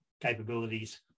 capabilities